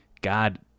God